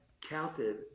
counted